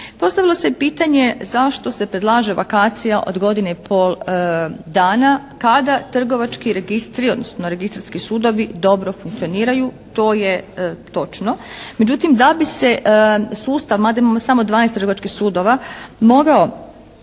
Postavilo se pitanje zašto se predlaže …/Govornica se ne razumije./… od godine i pol dana kada trgovački registri, odnosno registarski sudovi dobro funkcioniraju, to je točno. Međutim, da bi se sustav mada imamo samo 12 trgovačkih sudova mogao